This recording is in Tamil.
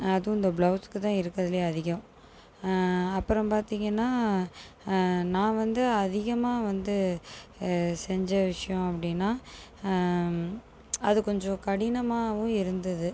அதுவும் இந்த பிளவுஸ்க்குத்தான் இருக்குறதில் அதிகம் அப்புறம் பார்த்திங்கன்னா நான் வந்து அதிகமாக வந்து செஞ்ச விஷயம் அப்படின்னா அது கொஞ்சம் கடினமாவும் இருந்தது